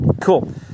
cool